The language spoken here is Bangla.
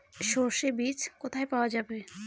সর্ষে বিজ কোথায় পাওয়া যাবে?